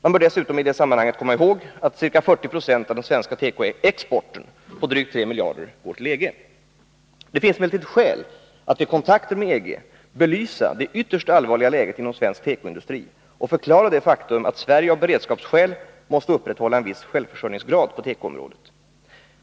Man bör vidare i detta sammanhang komma ihåg, att ca 40 90 av den svenska tekoexporten på drygt 3 miljarder kronor går till EG. Det finns emellertid skäl att vid kontakter med EG belysa det ytterst allvarliga läget inom svensk tekoindustri och förklara det faktum att Sverige av beredskapsskäl måste upprätthålla en viss självförsörjningsgrad på tekoområdet.